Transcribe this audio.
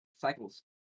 cycles